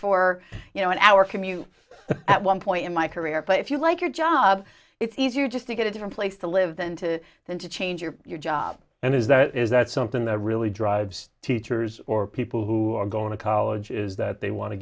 for you know an hour commute at one point in my career but if you like your job it's easier just to get a different place to live than to than to change your job and is that is that something that really drives teachers or people who are going to college is that they want to